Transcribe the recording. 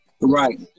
Right